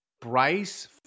Bryce